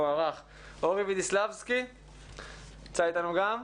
אורי וידיסלבסקי נמצא איתנו גם.